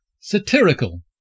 Satirical